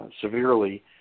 Severely